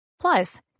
Plus